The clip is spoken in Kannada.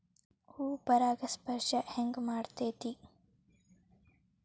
ಹೂ ಪರಾಗಸ್ಪರ್ಶ ಹೆಂಗ್ ಮಾಡ್ತೆತಿ?